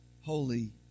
holy